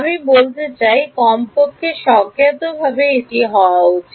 আমি বলতে চাই কমপক্ষে স্বজ্ঞাতভাবে এটি হওয়া উচিত